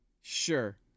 Sure